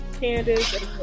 Candace